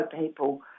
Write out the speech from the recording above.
people